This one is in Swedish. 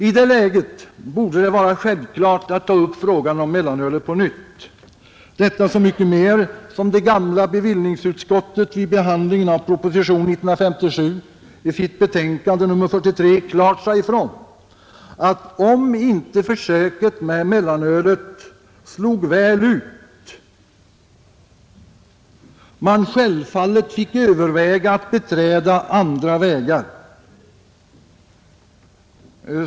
I det läget borde det vara självklart att ta upp frågan om mellanölet på nytt, detta så mycket mer som det gamla bevillningsutskottet vid behandlingen av propositionen 1957 i sitt betänkande nr 43 klart sade ifrån att, om inte försöket med mellanölet slog väl ut, man självfallet fick överväga att beträda andra vägar.